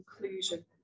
conclusion